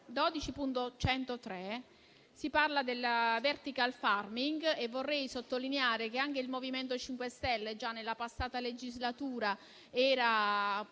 6.20, si parla del *vertical farming*. Vorrei sottolineare che il MoVimento 5 Stelle già nella passata legislatura era